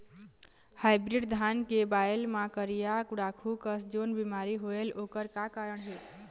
Hybrid धान के बायेल मां करिया गुड़ाखू कस जोन बीमारी होएल ओकर का कारण हे?